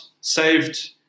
saved